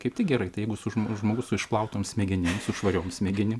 kaip tik gerai tai jeigu su žmo žmogus su išplautom smegenim su švariom smegenim